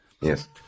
Yes